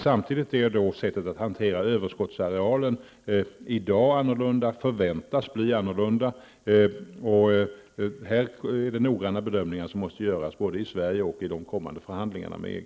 Samtidigt förväntas sättet att hantera överskottet att bli annorlunda. Här måste man göra noggranna bedömningar i Sverige inför de kommande förhandlingarna med EG.